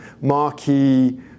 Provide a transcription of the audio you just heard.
marquee